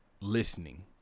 listening